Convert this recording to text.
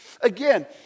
Again